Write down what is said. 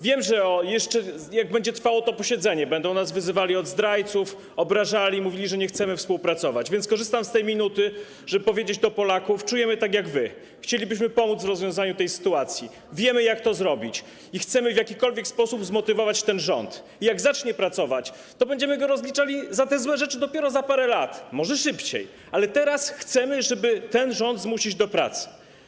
Wiem, że jak jeszcze będzie trwało to posiedzenie, będą nas wyzywali od zdrajców, obrażali, mówili, że nie chcemy współpracować, więc korzystam z tej minuty, żeby powiedzieć do Polaków: czujemy tak jak wy, chcielibyśmy pomóc w rozwiązaniu tej sytuacji, wiemy, jak to zrobić, chcemy w jakikolwiek sposób zmotywować ten rząd i jak zacznie pracować, to będziemy go rozliczali za te złe rzeczy dopiero za parę lat, może szybciej, ale teraz chcemy ten rząd zmusić do pracy.